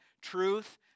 truth